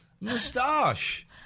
moustache